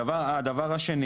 הדבר השני